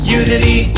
unity